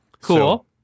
Cool